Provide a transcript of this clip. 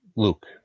Luke